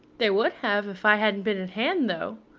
they would have if i hadn't been at hand, though.